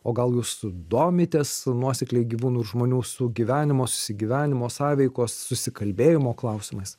o gal jūs domitės nuosekliai gyvūnų ir žmonių sugyvenimo susigyvenimo sąveikos susikalbėjimo klausimais